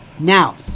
Now